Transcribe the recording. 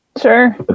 sure